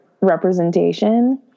representation